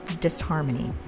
disharmony